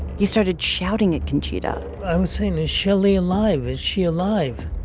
he started shouting at conchita i was saying, is shelly alive? is she alive?